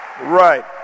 Right